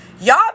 Y'all